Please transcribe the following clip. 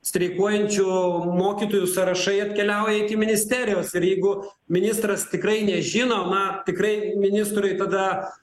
streikuojančių mokytojų sąrašai atkeliauja iki ministerijos ir jeigu ministras tikrai nežino na tikrai ministrui tada